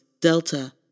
Delta